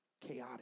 chaotic